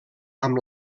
amb